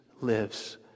lives